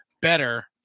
better